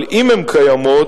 אבל אם הן קיימות,